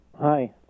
Hi